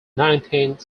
nineteenth